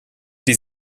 die